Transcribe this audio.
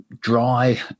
dry